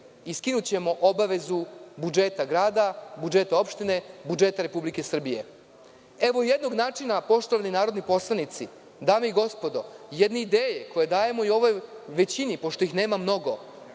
i skinućemo obavezu budžeta grada, budžeta opštine, budžeta Republike Srbije. Evo jednog načina, poštovani narodni poslanici, dame i gospodo, jedne ideje koju dajemo ovoj većini, pošto ih nema mnogo,